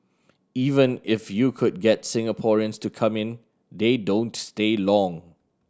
even if you could get Singaporeans to come in they don't stay long